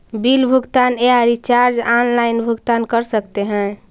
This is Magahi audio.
बिल भुगतान या रिचार्ज आनलाइन भुगतान कर सकते हैं?